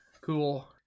Cool